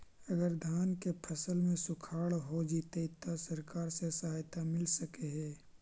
अगर धान के फ़सल में सुखाड़ होजितै त सरकार से सहायता मिल सके हे?